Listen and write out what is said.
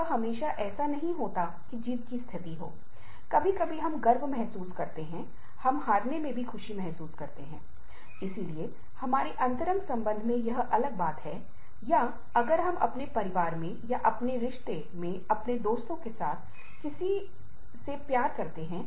इसलिए जब समय की कमी होती है तो आप संतुलन बनाने के लिए अंत काम और परिवार या काम और घर दोनों की विभिन्न प्रतिबद्धताओं को एकीकृत कर सकते हैं